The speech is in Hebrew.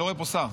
לא רואה פה שר.